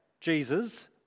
Jesus